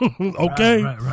okay